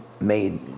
made